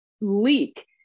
leak